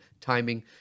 timing